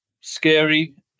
scary